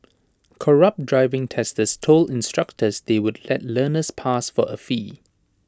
corrupt driving testers told instructors they would let learners pass for A fee